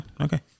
okay